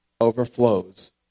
overflows